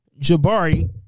Jabari